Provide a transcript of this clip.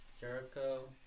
Jericho